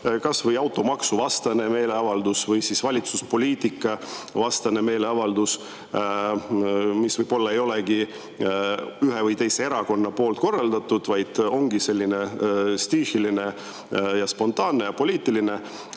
kas automaksuvastane meeleavaldus või valitsuse poliitika vastane meeleavaldus, mis võib-olla ei olegi ühe või teise erakonna korraldatud, vaid on stiihiline, spontaanne ja poliitiline,